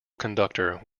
conductor